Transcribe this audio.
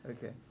Okay